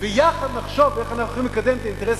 ויחד נחשוב איך אנחנו יכולים לקדם את האינטרס